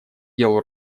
делу